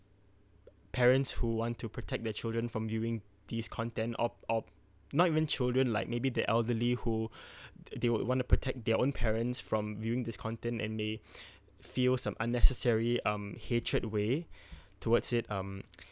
parents who want to protect their children from viewing these content opt opt not even children like maybe the elderly who they would want to protect their own parents from viewing this content and they feel some unnecessary um hatred way towards it um